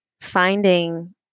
finding